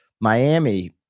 Miami